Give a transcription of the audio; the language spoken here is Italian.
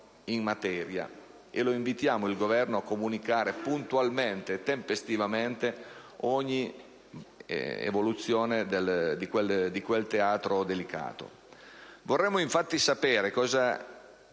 lo invitiamo a comunicare puntualmente e tempestivamente ogni evoluzione in quel teatro delicato. Vorremmo infatti sapere cosa